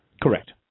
Correct